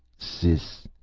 siss.